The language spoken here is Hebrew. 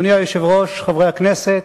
אדוני היושב-ראש, חברי הכנסת,